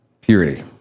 purity